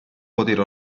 poter